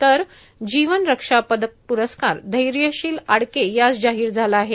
तर जीवन रक्षा पदक प्रस्कार धैर्यशिल आडके यास जाहीर झाला आहे